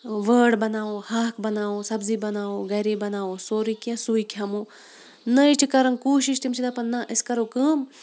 وٲر بَناوو ہاکھ بَناوو سَبزی بَناوو گری بَناوو سورُے کیٚنٛہہ سُے کھٮ۪مو نٔیٚے چھِ کران کوٗشِش تِم چھِ دَپان نہ أسۍ کرو کٲم